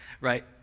Right